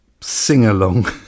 sing-along